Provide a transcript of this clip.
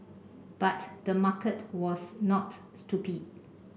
but the market was not stupid